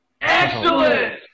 excellent